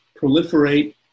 proliferate